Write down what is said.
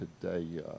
today